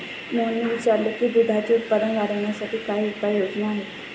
मोहनने विचारले की दुधाचे उत्पादन वाढवण्यासाठी काय उपाय योजना आहेत?